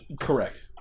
Correct